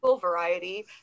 variety